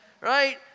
Right